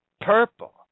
Purple